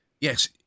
yes